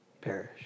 perish